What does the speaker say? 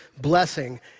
blessing